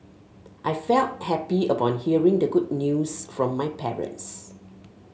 I felt happy upon hearing the good news from my parents